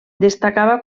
destacava